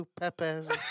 peppers